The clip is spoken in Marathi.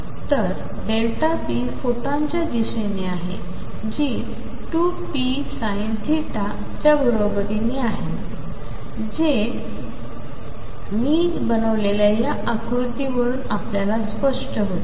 तर Δp फोटॉनच्या दिशेने आहे जी 2pSinθ च्या बरोबरीने आहे जे कि मी बनविलेल्या या आकृतीवरून आपल्याला स्प्ष्ट होते